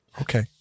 Okay